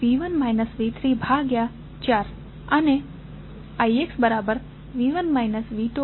I1 V1 V34 અને ix V1 V22